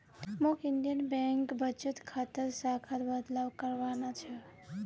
मौक Indian Bank बचत खातार शाखात बदलाव करवाना छ